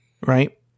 Right